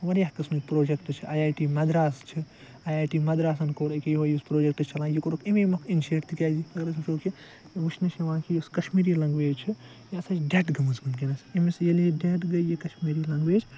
واریاہ قسمٕکۍ پروجَکٹ چھِ آے آے ٹی مَدراس چھ آے آے ٹی مدراسَن کوٚر أکیاہ یُہے یھس پروجَکٹ چھُ چَلان یہِ کوٚرُکھ امے موٚکھٕ اِنشیٹ تکیازِ اگر أسۍ وٕچھو کہ وچھنہ چھ یِوان کہ یس کَشمیٖری لَنٛگویج چھِ یہِ ہَسا چھِ ڈیڈ گٔمٕژ ونکیٚنَس امس ییٚلہِ یہِ ڈیٚڈ گے یہِ کَشمیٖری لَنٛگویج